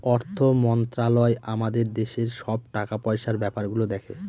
অর্থ মন্ত্রালয় আমাদের দেশের সব টাকা পয়সার ব্যাপার গুলো দেখে